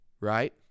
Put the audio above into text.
right